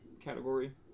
category